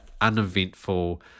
Uneventful